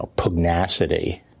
pugnacity